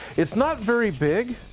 it's not very big,